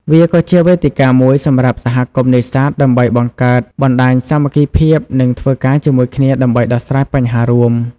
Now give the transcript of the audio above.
វាក៏ជាវេទិកាមួយសម្រាប់សហគមន៍នេសាទដើម្បីបង្កើតបណ្តាញសាមគ្គីភាព និងធ្វើការជាមួយគ្នាដើម្បីដោះស្រាយបញ្ហារួម។